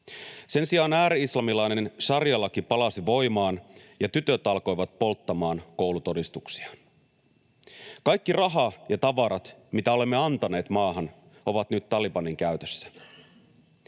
Sen sijaan ääri-islamilainen šarialaki palasi voimaan ja tytöt alkoivat polttamaan koulutodistuksiaan. Kaikki raha ja tavarat, mitä olemme antaneet maahan, ovat nyt Talibanin käytössä.